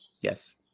Yes